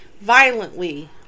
violently